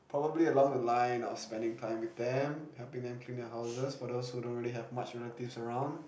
probably along the line or spending time with them helping them clean their houses for those who don't really have much relatives around